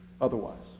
otherwise